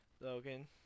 Logan